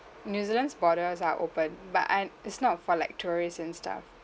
new zealand's borders are open but I it's not for like tourists and stuff